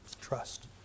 Trust